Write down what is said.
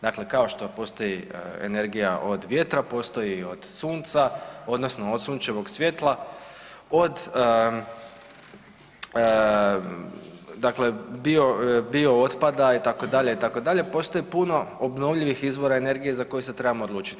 Dakle, kao što postoji energija od vjetra, postoji i od sunca odnosno od sunčevog svjetla, od dakle, bio, bio otpada itd., itd., postoji puno obnovljivih izvora energije za koji se trebamo odlučiti.